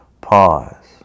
Pause